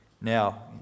now